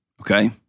Okay